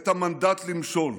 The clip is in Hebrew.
את המנדט למשול.